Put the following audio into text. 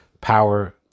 power